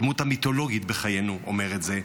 הדמות המיתולוגית בחיינו אומרת את זה.